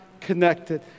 connected